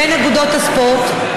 בין אגודות הספורט.